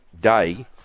day